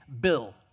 Bill